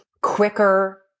quicker